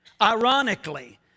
Ironically